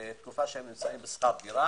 בתקופה שהם נמצאים בשכר דירה.